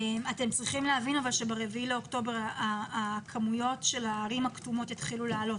אתם צריכים להבין שב-4 באוקטובר הכמויות של הערים הכתומות יתחילו לעלות.